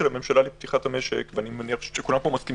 הממשלה לפתיחת המשק ואנו מסכימים,